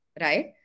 right